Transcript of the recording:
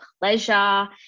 pleasure